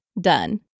done